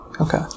Okay